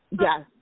yes